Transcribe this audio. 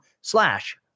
slash